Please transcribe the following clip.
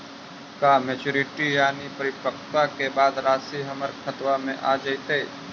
का मैच्यूरिटी यानी परिपक्वता के बाद रासि हमर खाता में आ जइतई?